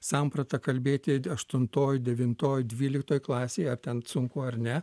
sampratą kalbėti aštuntoj devintoj dvyliktoj klasėj ar ten sunku ar ne